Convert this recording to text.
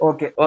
Okay